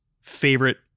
favorite